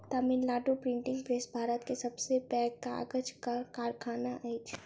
Tamil Nadu printing press Bharat के सब से पैघ कागजक कारखाना अछि